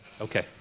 Okay